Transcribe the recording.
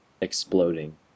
exploding